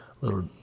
little